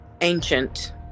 ancient